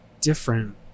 different